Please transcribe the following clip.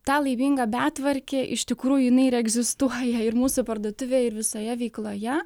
ta laiminga betvarkė iš tikrųjų jinai ir egzistuoja ir mūsų parduotuvėj ir visoje veikloje